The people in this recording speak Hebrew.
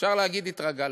אפשר להגיד: התרגלנו.